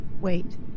wait